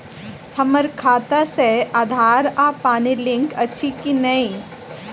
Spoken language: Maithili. हम्मर खाता सऽ आधार आ पानि लिंक अछि की नहि?